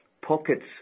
pockets